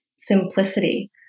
simplicity